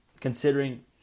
considering